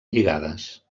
lligades